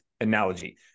analogy